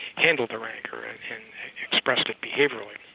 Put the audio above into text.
handled their rancour and expressed it behaviourally.